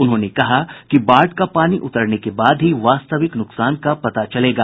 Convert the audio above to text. उन्होंने कहा कि बाढ़ का पानी उतरने के बाद ही वास्तविक नुकसान का पता चलेगा